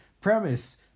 premise